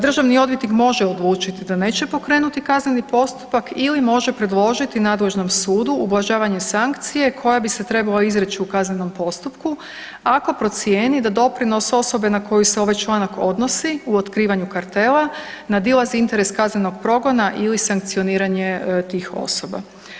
Državni odvjetnik može odlučit da neće pokrenuti kazneni postupak ili može predložiti nadležnom sudu ublažavanje sankcije koja bi se trebala izreć u kaznenom postupku ako procijeni da doprinos osobe na koju se ovaj članak odnosi u otkrivanju kartela nadilazi interes kaznenog progona ili sankcioniranje tih osoba.